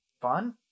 fun